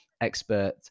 expert